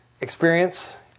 experience